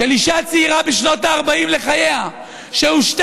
של אישה צעירה בשנות ה-40 לחייה שהושתק,